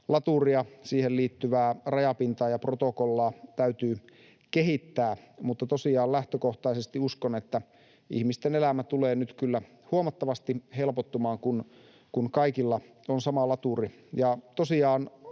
laturia, siihen liittyvää rajapintaa ja protokollaa, täytyy kehittää. Mutta tosiaan lähtökohtaisesti uskon, että ihmisten elämä tulee nyt kyllä huomattavasti helpottumaan, kun kaikilla on sama laturi.